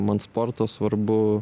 man sportas svarbu